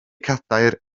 cadair